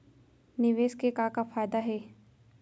निवेश के का का फयादा हे?